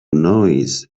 noise